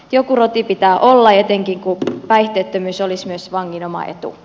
joku roti pitää olla etenkin kun päihteettömyys olisi myös vangin oma etu